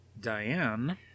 Diane